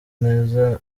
neza